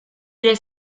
les